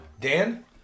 Dan